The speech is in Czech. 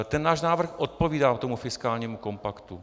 Ten náš návrh odpovídá tomu fiskálnímu kompaktu.